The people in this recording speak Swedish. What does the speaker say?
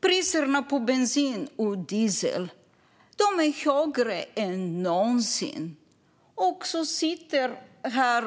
Priserna på bensin och diesel är högre än någonsin, och här